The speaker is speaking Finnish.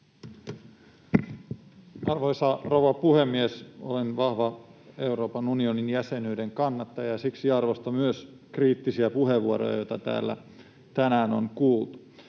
Arvoisa rouva puhemies! Olen vahva Euroopan unionin jäsenyyden kannattaja ja siksi arvostan myös kriittisiä puheenvuoroja, joita täällä tänään on kuultu.